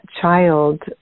child